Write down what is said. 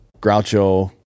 Groucho